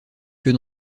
que